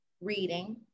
reading